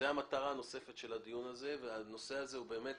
זו המטרה הנוספת של הדיון הזה והנושא הזה באמת